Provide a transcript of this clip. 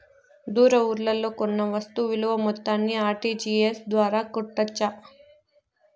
దూర ఊర్లలో కొన్న వస్తు విలువ మొత్తాన్ని ఆర్.టి.జి.ఎస్ ద్వారా కట్టొచ్చా?